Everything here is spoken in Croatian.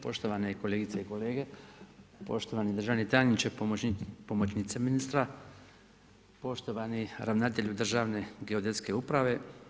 Poštovane kolegice i kolege, poštovani državni tajniče, pomoćnice ministra, poštovani ravnatelju Državne geodetske uprave.